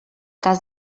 cas